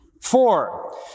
Four